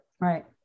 Right